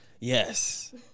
Yes